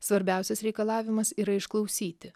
svarbiausias reikalavimas yra išklausyti